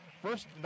First